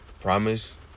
promise